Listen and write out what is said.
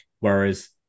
Whereas